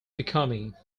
becoming